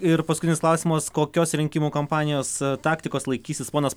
ir paskutinis klausimas kokios rinkimų kampanijos taktikos laikysis ponas